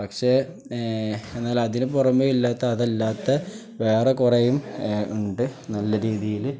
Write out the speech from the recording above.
പക്ഷേ എന്നാൽ അതിന് പുറമേ ഇല്ലാത്ത അതല്ലാത്ത വേറെ കുറേയുണ്ട് നല്ല രീതിയില്